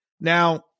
Now